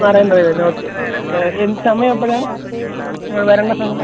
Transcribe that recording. marine Drive തന്നെ okay എൻ സമയം എപ്പോഴാണ് ഞങ്ങൾ വരേണ്ട സമയം